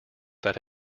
that